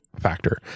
factor